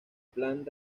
plan